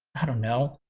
i don't know,